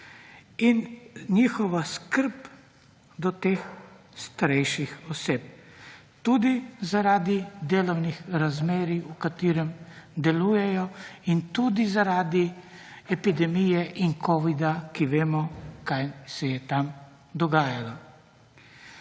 in njihova skrb do teh starejših oseb tudi, zaradi delovnih razmerij, v katerem delujejo in tudi zaradi epidemije in covida, ki vemo kaj se je tam dogajalo.